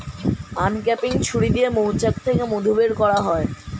uncapping ছুরি দিয়ে মৌচাক থেকে মধু বের করা হয়